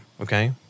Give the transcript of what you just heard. okay